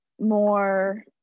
more